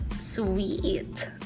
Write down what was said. Sweet